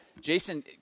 Jason